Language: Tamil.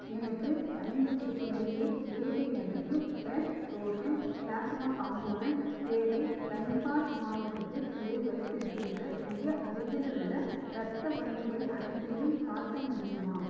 எனக்கு ஐம்பத்தி எட்டு unit AB negative fresh frozen plasma component தேவை தன்பாத் மாவட்டத்தில் இதை வைத்திருக்கின்ற மிக அருகிலுள்ள இரத்த வங்கிகள் அனைத்தையும் காட்ட முடியுமா